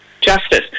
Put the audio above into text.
justice